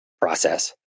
process